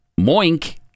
Moink